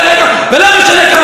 ולא משנה כמה תתקפו אותי.